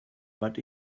but